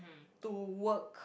to work